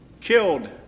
killed